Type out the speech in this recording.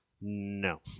No